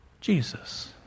Jesus